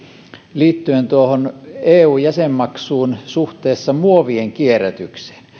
liittyen tuohon eu jäsenmaksuun suhteessa muovien kierrätykseen